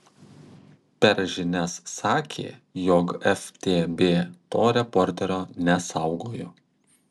per žinias sakė jog ftb to reporterio nesaugojo